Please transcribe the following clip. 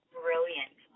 brilliant